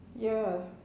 ya